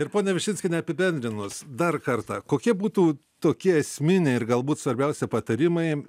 ir pone višinskiene apibendrinus dar kartą kokie būtų tokie esminiai ir galbūt svarbiausia patarimai